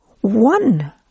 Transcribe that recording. one